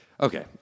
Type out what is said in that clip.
okay